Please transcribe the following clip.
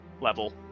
level